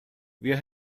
wir